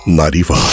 95